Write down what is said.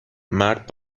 مرد